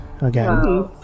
again